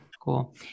cool